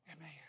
Amen